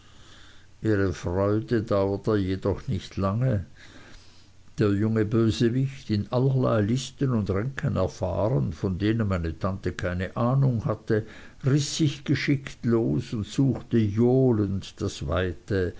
ihre freude dauerte jedoch nicht lange der junge bösewicht in allerlei listen und ränken erfahren von denen meine tante keine ahnung hatte riß sich geschickt los und suchte johlend das weite